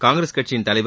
காங்கிரஸ் கட்சியின் தலைவர்